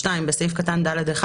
(2)בסעיף קטן (ד)(1),